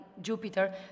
Jupiter